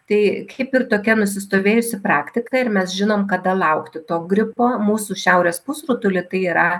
tai kaip ir tokia nusistovėjusi praktika ir mes žinom kada laukti to gripo mūsų šiaurės pusrutuly tai yra